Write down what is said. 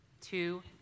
Two